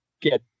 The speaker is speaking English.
get